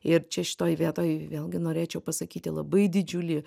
ir čia šitoj vietoj vėlgi norėčiau pasakyti labai didžiulį